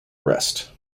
rest